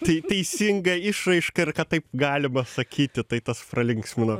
tai teisinga išraiška ir kad taip galima sakyti tai tas pralinksmino